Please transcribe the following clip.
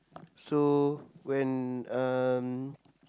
so when um